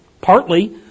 Partly